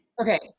Okay